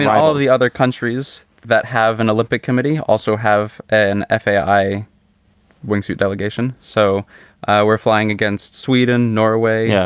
yeah all of the other countries that have an olympic committee also have an faa i wingsuit delegation. so we're flying against sweden, norway, yeah